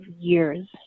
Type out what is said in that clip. years